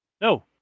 No